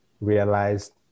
realized